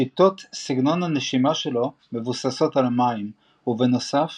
שיטות סגנון הנשימה שלו מבוססות על מים ובנוסף